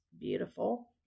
beautiful